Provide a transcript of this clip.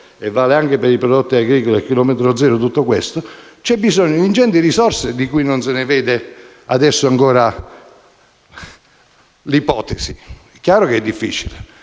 vale anche per i prodotti agricoli a chilometro zero - c'è anzitutto bisogno di ingenti risorse, di cui non si vede adesso neanche l'ipotesi. È chiaro che è difficile,